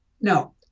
No